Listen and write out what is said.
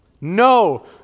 No